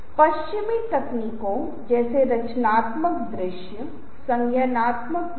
इसलिए बुनियादी डूस और डोंट्स मैं पहले ही साझा कर चुका हूं